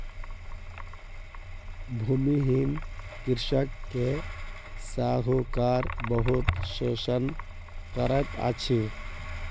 भूमिहीन कृषक के साहूकार बहुत शोषण करैत अछि